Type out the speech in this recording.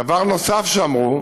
דבר נוסף שאמרו: